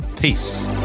Peace